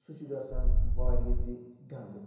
سُہ چھُ گَژھان واریاہ تہِ گَنٛدٕ